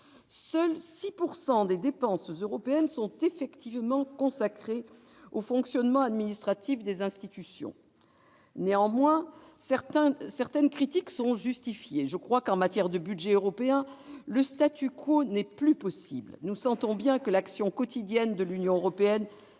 seulement des dépenses européennes sont consacrées au fonctionnement administratif des institutions. Néanmoins, certaines critiques sont justifiées. En matière de budget européen, le n'est plus possible. Nous sentons bien que l'action quotidienne de l'Union européenne,